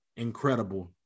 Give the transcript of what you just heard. incredible